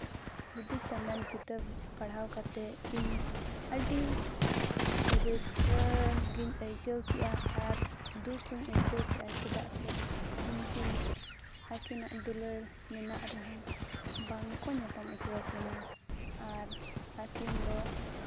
ᱵᱤᱫᱩᱼᱪᱟᱸᱫᱟᱱ ᱠᱤᱛᱟᱹᱵ ᱯᱟᱲᱦᱟᱣ ᱠᱟᱛᱮᱫ ᱤᱧ ᱟᱹᱰᱤ ᱨᱟᱹᱥᱠᱟᱹ ᱜᱮᱧ ᱟᱹᱭᱠᱟᱹ ᱠᱮᱫᱼᱟ ᱟᱨ ᱫᱩᱠ ᱦᱚᱧ ᱟᱹᱭᱠᱟᱹᱣ ᱠᱮᱫᱼᱟ ᱪᱮᱫᱟᱜ ᱥᱮ ᱩᱱᱠᱤᱱ ᱟᱹᱠᱤᱱᱟᱜ ᱫᱩᱞᱟᱹᱲ ᱢᱮᱱᱟᱜ ᱨᱮᱦᱚᱸ ᱵᱟᱝ ᱠᱚ ᱧᱟᱯᱟᱢ ᱦᱚᱪᱚ ᱟᱹᱠᱤᱱᱟ ᱟᱨ ᱟᱹᱠᱤᱱ ᱫᱚ